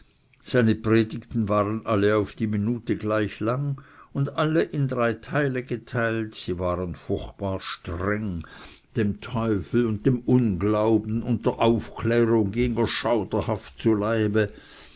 seine predigten waren alle auf die minute gleich lang und alle in drei teile geteilt waren furchtbar streng dem teufel und dem unglauben und der aufklärung ging er schauderhaft zu leibe